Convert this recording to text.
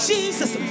Jesus